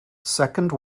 second